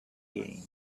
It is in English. gain